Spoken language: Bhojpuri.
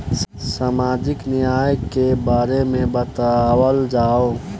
सामाजिक न्याय के बारे में बतावल जाव?